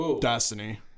Destiny